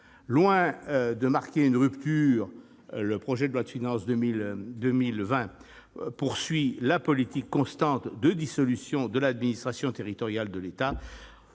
Loin de marquer une rupture, le projet de loi de finances pour 2020 poursuit la politique constante de dissolution de l'administration territoriale de l'État.